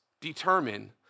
determine